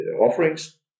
offerings